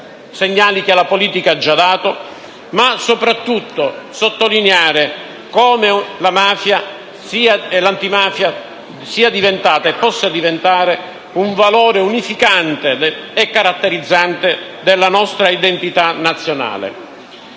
segnali che la politica ha già dato, ma soprattutto sottolineare come l'antimafia sia diventata e possa ancora rappresentare un valore unificante e caratterizzante della nostra identità nazionale.